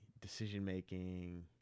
decision-making